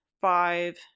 five